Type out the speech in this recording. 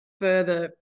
further